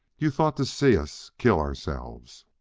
you thought to see us kill ourselves!